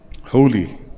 Holy